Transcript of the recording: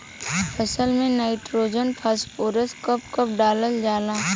फसल में nitrogen phosphorus कब कब डालल जाला?